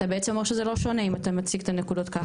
אתה בעצם אומר שזה לא שונה אם אתה מציג את הנקודות ככה?